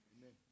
Amen